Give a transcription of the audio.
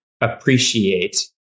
appreciate